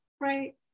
Right